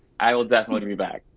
i will definitely be back.